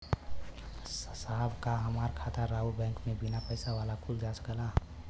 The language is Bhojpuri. साहब का हमार खाता राऊर बैंक में बीना पैसा वाला खुल जा सकेला?